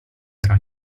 era